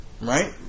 Right